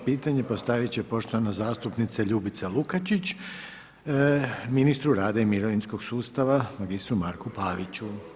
Sljedeće pitanje postavit će poštovana zastupnica Ljubica Lukačić ministru rada i mirovinskog sustava, magistru Marku Paviću.